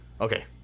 Okay